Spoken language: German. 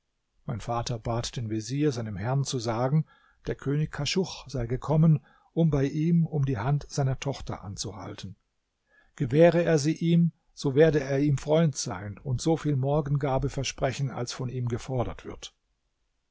mein vater bat den vezier seinem herrn zu sagen der könig kaschuch sei gekommen um bei ihm um die hand seiner tochter anzuhalten gewähre er sie ihm so werde er ihm freund sein und so viel morgengabe versprechen als von ihm gefordert wird